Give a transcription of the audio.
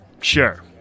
sure